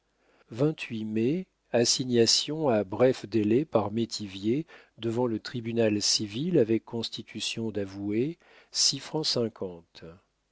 mai assignation à bref délai par métivier devant le tribunal civil avec constitution d'avoué